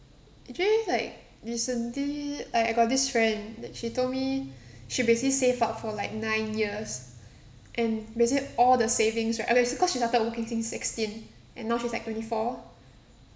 actually like recently I I got this friend that she told me she basically save up for like nine years and basically all the savings right I mean cause she started working since sixteen and now she's like twenty four